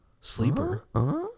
sleeper